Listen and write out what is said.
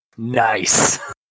Nice